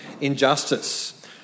injustice